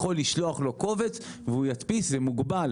היינו מדפיסים מעטפות עם לוגו,